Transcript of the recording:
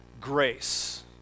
grace